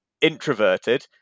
introverted